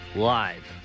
Live